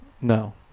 No